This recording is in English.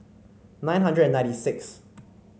nine hundred and ninety six